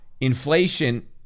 inflation